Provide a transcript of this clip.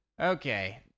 okay